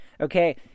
Okay